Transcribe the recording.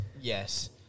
Yes